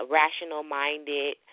rational-minded